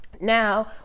Now